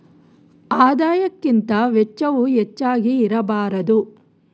ಆದಾಯಕ್ಕಿಂತ ವೆಚ್ಚವು ಹೆಚ್ಚಾಗಿ ಇರಬಾರದು